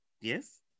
Yes